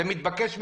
זה מתבקש מאליו.